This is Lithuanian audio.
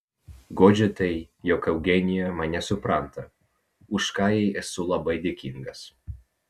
guodžia tai jog eugenija mane supranta už ką jai esu labai dėkingas